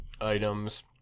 items